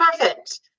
perfect